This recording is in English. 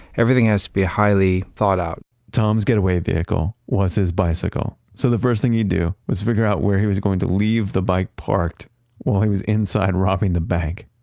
everything has to be highly thought out tom's getaway vehicle was his bicycle. so the first thing he'd do was to figure out where he was going to leave the bike parked while he was inside robbing the bank,